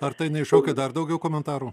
ar tai neiššaukia dar daugiau komentarų